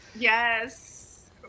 Yes